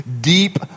deep